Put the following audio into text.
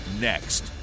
Next